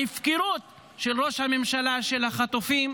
ההפקרות של ראש הממשלה של החטופים,